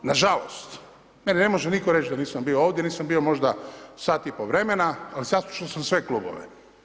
Nažalost, meni ne može nitko reći da nisam bio ovdje, nisam bio možda sat i pol vremena, ali saslušao sam sve klubove.